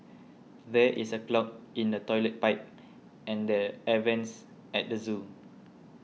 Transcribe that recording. there is a clog in the Toilet Pipe and the Air Vents at the zoo